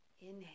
Inhale